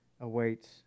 awaits